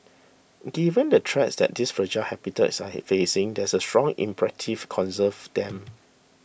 given the threats that these fragile habitats are facing there is a strong imperative conserve them